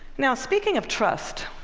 now, speaking of trust,